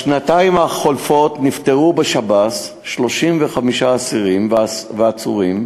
בשנתיים החולפות נפטרו בשב"ס 35 אסירים ועצורים.